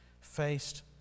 faced